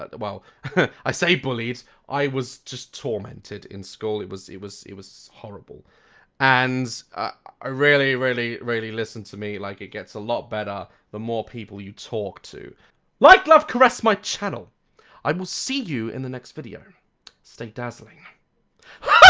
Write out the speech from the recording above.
ah well i say bullied i was just tormented in school it was it was horrible and ah really really really listen to me like it gets a lot better the more people you talk to like, love, caress my channel i will see you in the next video stay dazzling hah